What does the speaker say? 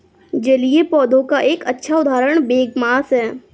जलीय पौधों का एक अच्छा उदाहरण बोगमास है